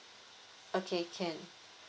okay can